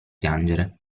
piangere